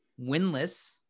winless